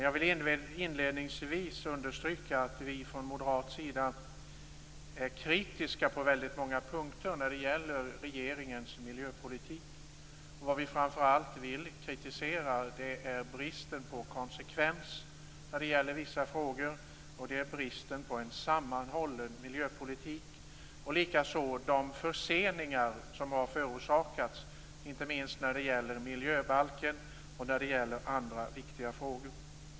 Jag vill dock inledningsvis understryka att vi från moderat sida är kritiska på väldigt många punkter när det gäller regeringens miljöpolitik. Vad vi framför allt vill kritisera är bristen på konsekvens i vissa frågor, bristen på en sammanhållen miljöpolitik och likaså de förseningar som har förorsakats, inte minst när det gäller miljöbalken och andra viktiga frågor.